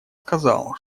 сказал